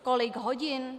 Kolik hodin?